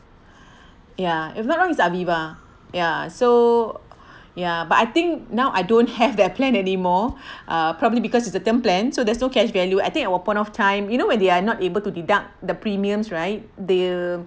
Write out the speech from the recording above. ya if I'm not wrong is Aviva yah so yah but I think now I don't have that plan anymore uh probably because it's a term plans so there's no cash value I think that was point of time you know when they're not able to deduct the premiums right they'll